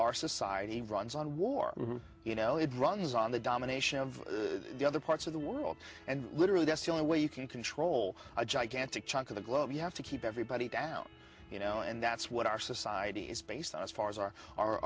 our society runs on war you know it runs on the domination of the other parts of the world and literally that's the only way you can control a gigantic chunk of the globe you have to keep everybody down you know and that's what our society is based on as far as our our